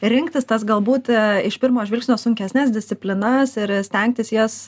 rinktis tas galbūt iš pirmo žvilgsnio sunkesnes disciplinas ir stengtis jas